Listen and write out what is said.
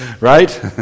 right